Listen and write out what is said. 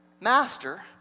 master